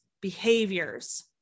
behaviors